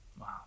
Wow